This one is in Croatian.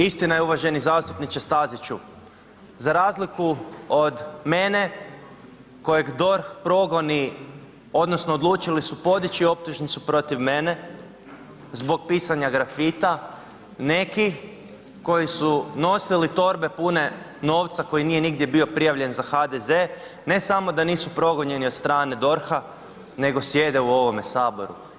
Istina je uvaženi zastupniče Staziću, za razliku od mene kojeg DORH progoni odnosno odlučili su podići optužnicu protiv mene zbog pisanja grafita, neki koji su nosili torbe pune novca koji nije nigdje bio prijavljen za HDZ ne samo da nisu progonjeni od strane DORH-a nego sjede u ovome saboru.